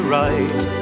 right